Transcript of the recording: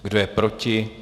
Kdo je proti?